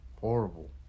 Horrible